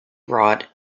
wrought